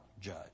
judge